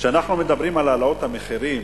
כשאנחנו מדברים על העלאות המחירים,